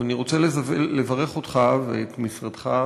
אבל אני רוצה לברך אותך ואת משרדך,